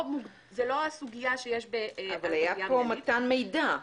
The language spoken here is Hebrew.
אבל יש פה מתן מידע.